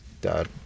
dad